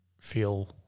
feel